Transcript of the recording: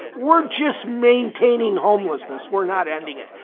we're just maintaining homelessness, we're not ending it.